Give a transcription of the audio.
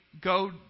go